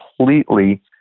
completely